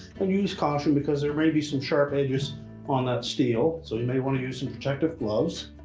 and use caution because there may be some sharp edges on that steel so you may want to use some protective gloves.